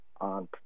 on